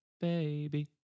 baby